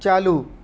چالو